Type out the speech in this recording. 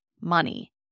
money